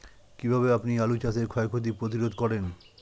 কীভাবে আপনি আলু চাষের ক্ষয় ক্ষতি প্রতিরোধ করেন?